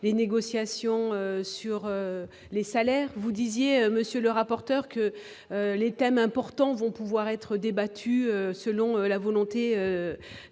doivent être triennales. Vous disiez, monsieur le rapporteur, que les thèmes importants vont pouvoir être débattus selon la volonté